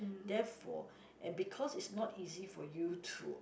therefore and because it's not easy for you to